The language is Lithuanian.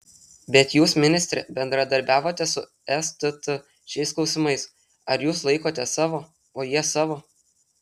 bet jūs ministre bendradarbiavote su stt šiais klausimais ar jūs laikotės savo o jie savo